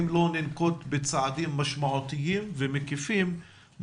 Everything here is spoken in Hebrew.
אם לא ננקוט בצעדים משמעותיים ומקיפים,